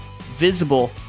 visible